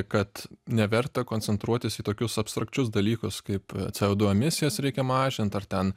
kad neverta koncentruotis į tokius abstrakčius dalykus kaip co du emisijas reikia mažint ar ten